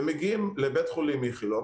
ומגיעים לבית חולים איכילוב,